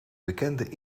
bekende